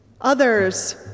Others